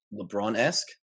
LeBron-esque